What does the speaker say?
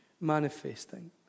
manifesting